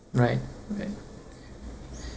right right